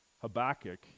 Habakkuk